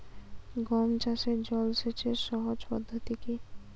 গম চাষে জল সেচের সহজ পদ্ধতি কি?